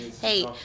hey